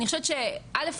אני חושבת שקודם כל,